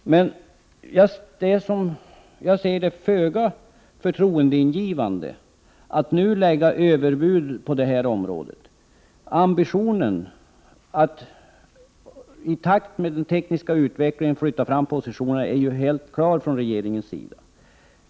Men det är, som jag 149 ser det, föga förtroendeingivande att nu lägga överbud på detta område. Ambitionen att i takt med den tekniska utvecklingen flytta fram positionerna är helt klar från regeringens sida.